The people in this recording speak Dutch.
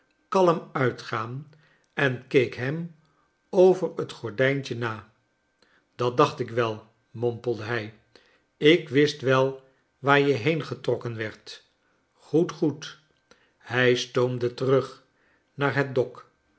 kalm uitgaan en keek hem over het gordijntje na dat dacht ik wel mompelf de hij ik wist wel waar je heengetrokken werdt goed g oed hij stoomde terug naar het dok